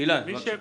אילן, בבקשה.